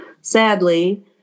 sadly